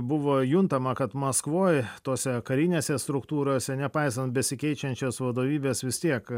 buvo juntama kad maskvoj tose karinėse struktūrose nepaisant besikeičiančios vadovybės vis tiek